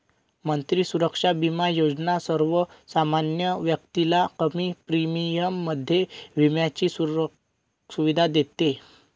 मंत्री सुरक्षा बिमा योजना सर्वसामान्य व्यक्तीला कमी प्रीमियम मध्ये विम्याची सुविधा देते